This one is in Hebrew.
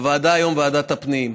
הוועדה היום היא ועדת הפנים.